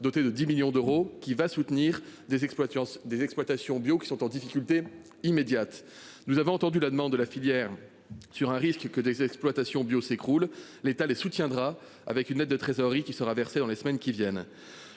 doté de 10 millions d'euros qui va soutenir des exploitants des exploitations bio qui sont en difficulté immédiates, nous avons entendu la demande de la filière sur un risque que des exploitations bio s'écroule. L'État les soutiendra avec une aide de trésorerie qui sera versé dans les semaines qui viennent,